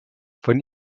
von